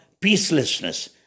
peacelessness